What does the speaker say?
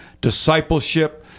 discipleship